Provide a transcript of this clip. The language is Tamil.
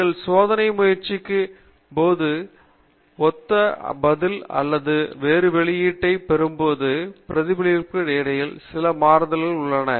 நீங்கள் சோதனை முயற்சிக்கும் போது ஒத்த பதில் அல்லது ஒரே வெளியீட்டைப் பெறும் போது பிரதிபலிப்புகளுக்கு இடையில் சில மாறுதல்கள் நடைபெறுகின்றன